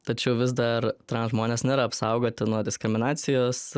tačiau vis dar transžmonės nėra apsaugoti nuo diskriminacijos